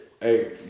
hey